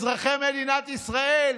אזרחי מדינת ישראל,